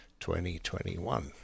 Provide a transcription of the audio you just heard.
2021